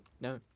No